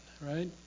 right